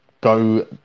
go